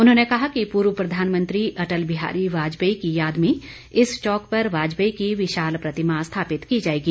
उन्होंने कहा कि पूर्व प्रधानमंत्री अटल बिहारी वाजपेयी की याद में इस चौक पर वाजपेयी की विशाल प्रतिमा स्थापित की जाएगी